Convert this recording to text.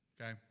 Okay